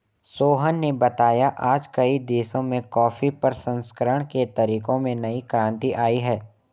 सोहन ने बताया आज कई देशों में कॉफी प्रसंस्करण के तरीकों में नई क्रांति आई है